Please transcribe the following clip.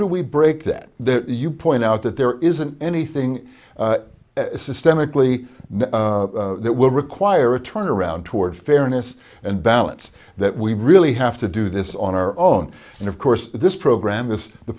do we break that you point out that there isn't anything systemically that will require a turnaround toward fairness and balance that we really have to do this on our own and of course this program is the